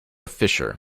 fischer